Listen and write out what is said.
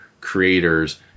creators